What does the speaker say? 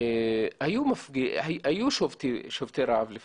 היו שובתי רעב לפניו,